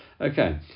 Okay